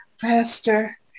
faster